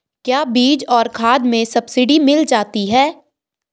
क्या बीज और खाद में सब्सिडी मिल जाती है?